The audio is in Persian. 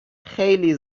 خیلی